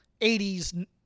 80s